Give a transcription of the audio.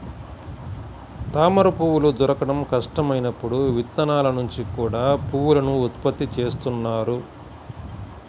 తామరపువ్వులు దొరకడం కష్టం అయినప్పుడు విత్తనాల నుంచి కూడా పువ్వులను ఉత్పత్తి చేస్తున్నారు